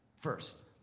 first